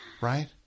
right